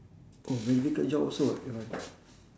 oh very difficult job also ah your one